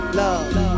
love